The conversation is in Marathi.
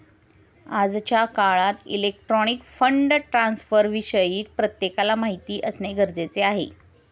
आजच्या काळात इलेक्ट्रॉनिक फंड ट्रान्स्फरविषयी प्रत्येकाला माहिती असणे गरजेचे आहे